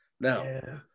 Now